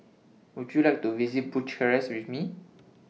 Would YOU like to visit Bucharest with Me